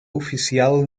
oficial